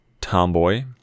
Tomboy